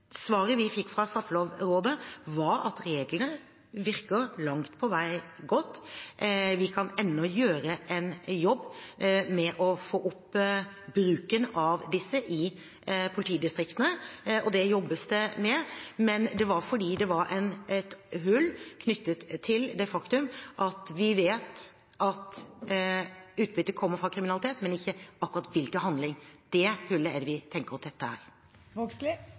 Svaret vi fikk fra Straffelovrådet, var at reglene langt på vei virker godt. Vi kan ennå gjøre en jobb med å få opp bruken av disse i politidistriktene, og det jobbes det med. Det var fordi det var et hull knyttet til det faktum at vi vet at utbyttet kommer fra kriminalitet, men ikke fra akkurat hvilken handling. Det hullet er det vi tenker å tette her. Det blir oppfølgingsspørsmål – først Lene Vågslid.